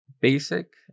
basic